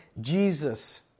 Jesus